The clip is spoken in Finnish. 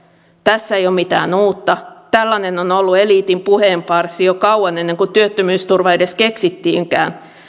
tässä ei ole mitään uutta tällainen on ollut eliitin puheenparsi jo kauan ennen kuin työttömyysturva edes keksittiinkään